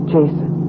Jason